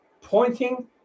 pointing